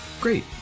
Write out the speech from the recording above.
Great